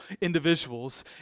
individuals